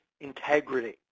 integrity